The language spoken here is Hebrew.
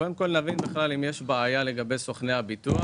קודם כל נבין אם בכלל יש בעיה לגבי סוכני הביטוח